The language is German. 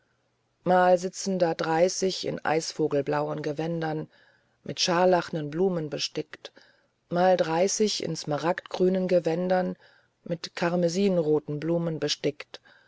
mal sitzen da dreißig in eisvogelblauen gewändern mit scharlachnen blumen bestickt mal dreißig in smaragdgrünen gewändern mit karmoisinroten blumen bestickt